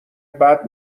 بعد